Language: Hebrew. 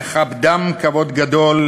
נכבדם כבוד גדול,